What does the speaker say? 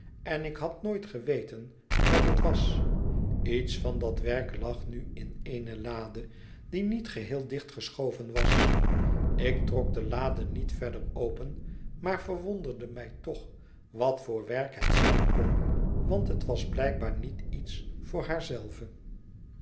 en ik had nooit geweten wat het was iets van dat werk lag nu in eene lade die niet geheel dichtgeschoven was ik trok de lade niet verder open maar verwonderde mij toch wat voor werk het zijn kon want het was blijkbaar niet iets voor